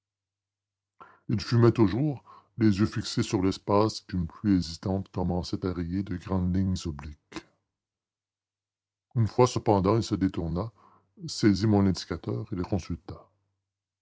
il fumait toujours les yeux fixés sur l'espace qu'une pluie hésitante commençait à rayer de grandes lignes obliques une fois cependant il se détourna saisit mon indicateur et le consulta